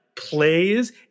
plays